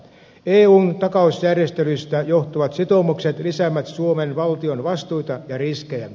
eun vakautusjärjestelyistä johtuvat sitoumukset lisäävät suomen valtion vastuita ja riskejä